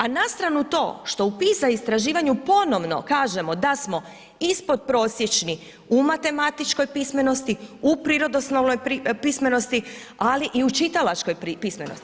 A na stranu to što u PISA istraživanju ponovno kažemo da smo ispodprosječni u matematičkoj pismenosti, u prirodoslovnoj pismenosti ali i u čitalačkoj pismenosti.